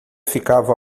ficava